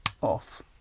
off